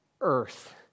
earth